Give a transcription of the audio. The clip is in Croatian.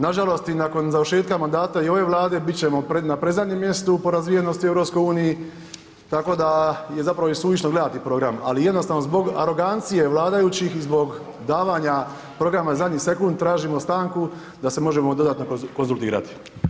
Nažalost, i nakon završetka mandata i ove vlade bit ćemo na predzadnjem mjestu po razvijenosti u EU, tako da je zapravo i suvišno gledati program, ali jednostavno zbog arogancije vladajućih, zbog davanja programa zadnji sekunda, tražimo stanku da se možemo dodatno konzultirati.